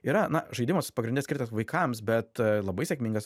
yra na žaidimas pagrinde skirtas vaikams bet labai sėkmingas